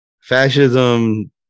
fascism